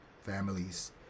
families